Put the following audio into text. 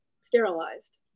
sterilized